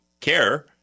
care